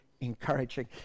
encouraging